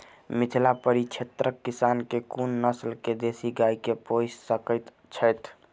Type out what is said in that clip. मिथिला परिक्षेत्रक किसान केँ कुन नस्ल केँ देसी गाय केँ पोइस सकैत छैथि?